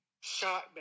Shot